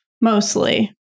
Mostly